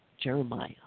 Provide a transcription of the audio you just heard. Jeremiah